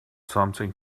something